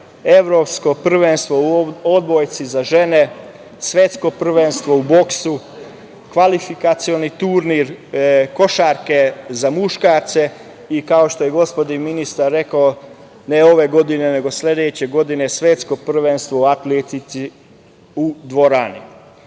evropsko prvenstvo u odbojci za žene, svetsko prvenstvo u boksu, kvalifikacioni turnir košarke za muškarce i kao što je gospodin ministar rekao, ne ove godine, nego sledeće godine svetsko prvenstvo u atletici u dvorani. Na